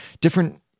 different